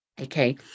okay